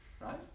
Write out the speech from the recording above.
right